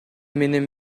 менен